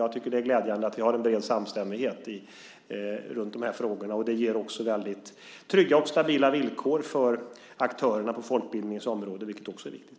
Jag tycker att det är glädjande att vi har en bred samstämmighet kring dessa frågor. Det ger trygga och stabila villkor för aktörerna på folkbildningens område, vilket också är viktigt.